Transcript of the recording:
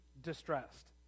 distressed